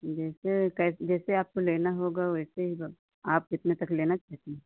जैसे कि जैसे आपको लेना होगा वैसे ही आप कितना तक लेना चाहती हैं